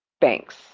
Banks